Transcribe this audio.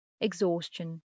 exhaustion